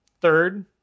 third